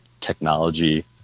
technology